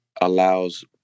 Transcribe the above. allows